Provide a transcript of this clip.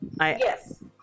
Yes